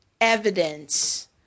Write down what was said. evidence—